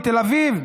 בתל אביב.